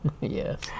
Yes